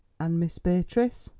and miss beatrice?